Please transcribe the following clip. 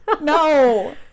no